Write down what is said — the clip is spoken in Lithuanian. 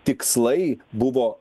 tikslai buvo